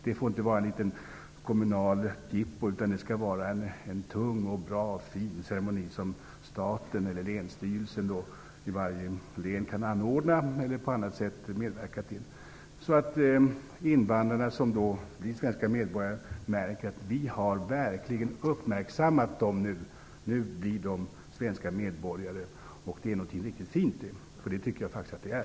Det får inte vara ett litet, kommunalt jippo, utan det skall vara en tung, bra och fin ceremoni, som staten eller länsstyrelsen i varje län kan anordna eller på annat sätt medverka till. De invandrare som blir svenska medborgare skall märka att vi verkligen uppmärksammar dem och att detta är någonting fint - det tycker jag att det är.